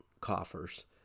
coffers